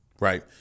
right